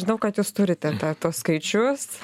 žinau kad jūs turite tą tuos skaičius